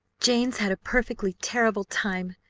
jane's had a perfectly terrible time!